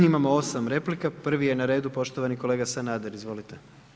Imamo 8 replika, prvi je na redu poštovani kolega Sanader, izvolite.